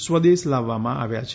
સ્વદેશ લાવવામાં આવ્યા છે